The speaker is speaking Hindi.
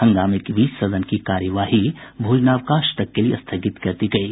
हंगामे के बीच सदन की कार्यवाही भोजनावकाश तक के लिये स्थगित कर दी गयी